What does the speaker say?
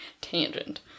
tangent